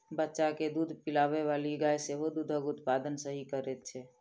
बच्चा के दूध पिआबैबाली गाय सेहो दूधक उत्पादन सही करैत छै